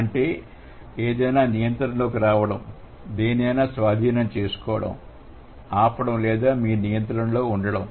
అంటే ఏదైనా నియంత్రణలోకి రావడం దేనినైనా స్వాధీనం చేసుకోవడం ఆపడం లేదా మీ నియంత్రణలో ఉండాలి